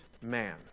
man